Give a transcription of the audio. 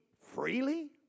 freely